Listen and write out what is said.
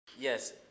Yes